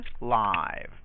live